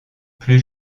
plus